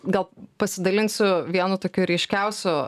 gal pasidalinsiu vienu tokiu ryškiausiu